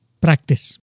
practice